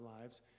lives